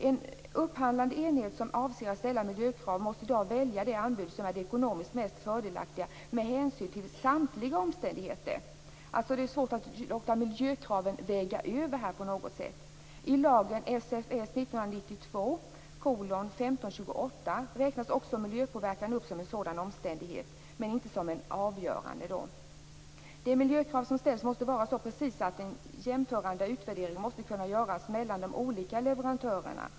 En upphandlande enhet som avser att ställa miljökrav måste i dag välja det anbud som är det ekonomiskt mest fördelaktiga med hänsyn till samtliga omständigheter. Det är alltså svårt att låta miljökraven här på något sätt väga över. I lagen SFS 1992:1528 räknas också miljöpåverkan upp som en sådan omständighet, men inte som en avgörande. De miljökrav som ställs måste vara så precisa att en jämförande utvärdering kan göras mellan de olika leverantörerna.